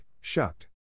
Shucked